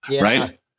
Right